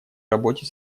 работе